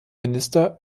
minister